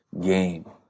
game